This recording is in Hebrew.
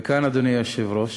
וכאן, אדוני היושב-ראש,